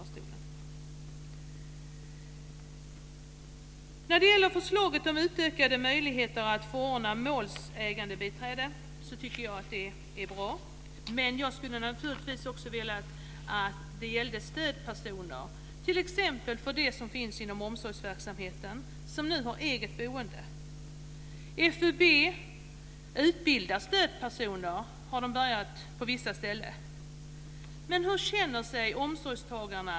När det gäller förslaget om utökade möjligheter att förordna målsägandebiträde tycker att det är bra, men jag skulle vilja att det även gällde stödpersoner, t.ex. dem som finns inom omsorgsverksamheten och som nu har eget boende. FUB har börjat utbilda stödpersoner på vissa ställen. Men hur känner sig omsorgstagarna?